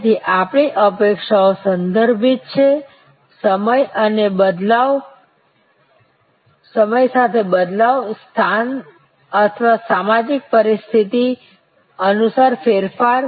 તેથી આપણી અપેક્ષાઓ સંદર્ભિત છે સમય સાથે બદલાવ સ્થાન અથવા સામાજિક પરિસ્થિતિ અનુસાર ફેરફાર